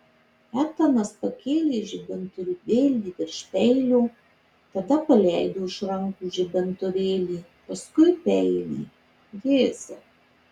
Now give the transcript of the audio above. etanas pakėlė žibintuvėlį virš peilio tada paleido iš rankų žibintuvėlį paskui peilį jėzau